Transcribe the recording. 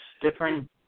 different